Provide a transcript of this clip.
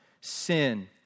sin